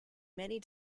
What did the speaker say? many